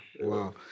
wow